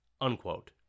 Unquote